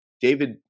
David